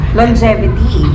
Longevity